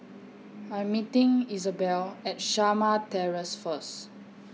I'm meeting Isabel At Shamah Terrace First